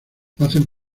hacen